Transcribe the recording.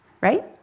Right